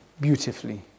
beautifully